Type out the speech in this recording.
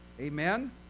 Amen